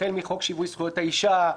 החל מחוק שווי זכויות האישה,